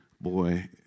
boy